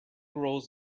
rolls